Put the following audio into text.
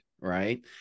right